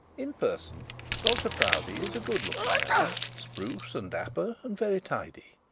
in person dr proudie is a good-looking man spruce and dapper, and very tidy.